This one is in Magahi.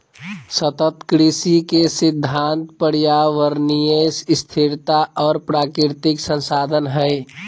सतत कृषि के सिद्धांत पर्यावरणीय स्थिरता और प्राकृतिक संसाधन हइ